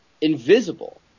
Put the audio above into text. invisible